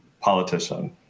politician